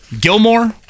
Gilmore